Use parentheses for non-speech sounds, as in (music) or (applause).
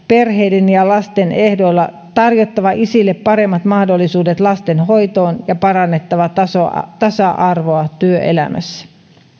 (unintelligible) perheiden ja lasten ehdoilla tarjottava isille paremmat mahdollisuudet lasten hoitoon ja parannettava tasa arvoa työelämässä